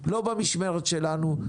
לא במשמרת שלנו.